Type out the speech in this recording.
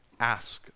ask